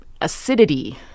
acidity